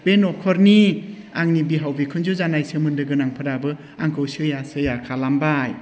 बे न'खरनि आंनि बिहाव बिखुनजो जानाय सोमोन्दोगोनांफोराबो आंखौ सैया सैया खालामबाय